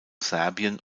serbien